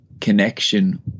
connection